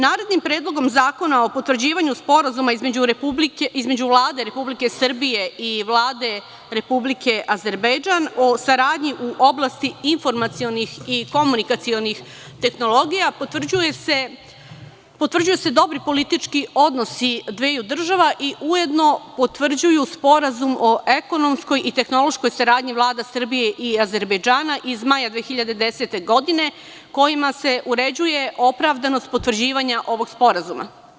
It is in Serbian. Narednim Predlogom zakona o potvrđivanju Sporazuma između Vlade Republike Srbije i Vlade Republike Azerbejdžan o saradnji u oblasti informacionih i komunikacionih tehnologija potvrđuju se dobri politički odnosi dveju država i ujedno potvrđuje Sporazum o ekonomskoj i tehnološkoj saradnji Vlade Srbije i Azerbejdžana iz maja 2010. godine, kojim se uređuje opravdanost potvrđivanja ovog sporazuma.